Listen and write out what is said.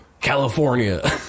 California